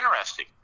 interesting